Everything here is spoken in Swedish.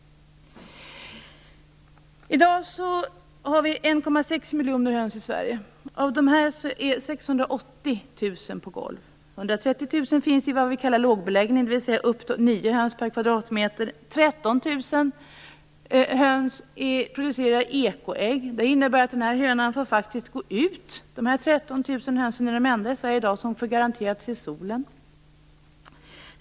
I dag finns det 1,6 miljoner höns i Sverige. Av dem hålls 680 000 på golv. 130 000 finns i vad vi kallar lågbeläggning, med upp till 9 höns per m2. 13 000 höns producerar ekoägg. Det innebär att de faktiskt får gå ut. De 13 000 hönsen är de enda höns i Sverige i dag som garanterat får se solen.